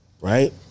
Right